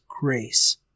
grace